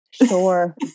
Sure